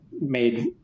made